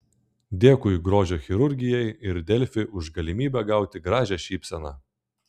dėkui grožio chirurgijai ir delfi už galimybę gauti gražią šypseną